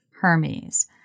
Hermes